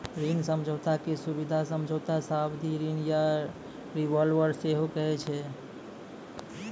ऋण समझौता के सुबिधा समझौता, सावधि ऋण या रिवॉल्बर सेहो कहै छै